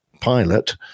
pilot